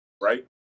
right